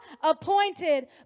appointed